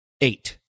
eight